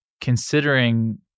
considering